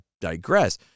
digress